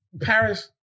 Paris